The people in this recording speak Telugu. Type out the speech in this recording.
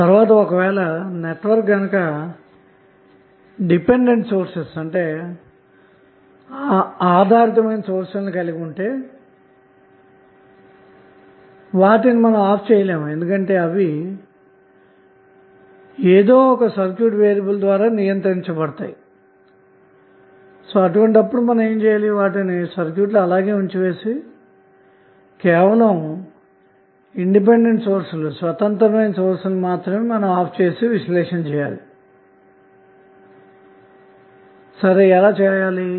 తరువాత ఒకవేళ నెట్వర్క్ గనక ఆధారితమైన సోర్స్ లను కలిగి ఉంటె వాటిని మనము ఆఫ్ చేయలేము ఎందుకంటే అవి ఏదో ఒక సర్క్యూట్ వేరియబుల్ ద్వారా నియంత్రించబడతాయి అందువలన వాటిని సర్క్యూట్ లో అలాగే ఉంచి వేసి కేవలం స్వతంత్రమైన సోర్స్ లను మాత్రమే ఆఫ్ చేసి విశ్లేషణ చెయాలి సరే ఎలా చేయాలి